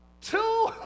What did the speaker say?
Two